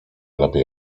lepiej